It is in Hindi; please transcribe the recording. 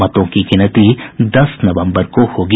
मतों की गिनती दस नवंबर को होगी